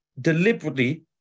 deliberately